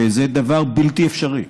שזה דבר בלתי אפשרי.